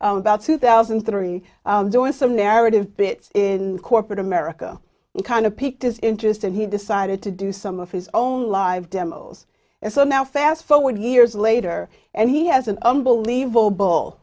about two thousand and three doing some narrative bits in corporate america kind of peaked his interest and he decided to do some of his own live demos and so now fast forward years later and he has an unbelievable